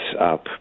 up